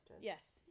yes